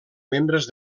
membres